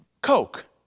Coke